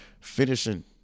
finishing